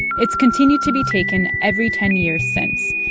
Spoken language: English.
it's continued to be taken every ten years since.